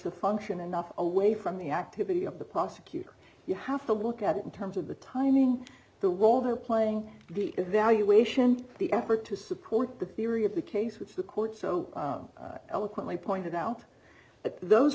the function enough away from the activity of the prosecutor you have to look at it in terms of the timing the wall the playing the evaluation the effort to support the theory of the case which the court so eloquently pointed out th